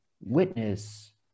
witness